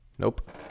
Nope